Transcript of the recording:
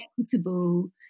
equitable